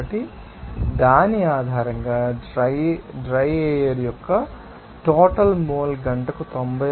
కాబట్టి దాని ఆధారంగా డ్రై ఎయిర్ యొక్క టోటల్ మోల్ గంటకు 96